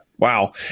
Wow